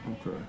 Okay